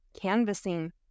canvassing